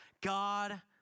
God